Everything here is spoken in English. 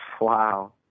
Wow